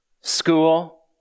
school